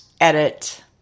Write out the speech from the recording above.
edit